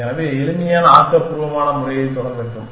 எனவே எளிமையான ஆக்கபூர்வமான முறையைத் தொடங்கட்டும்